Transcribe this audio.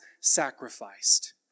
sacrificed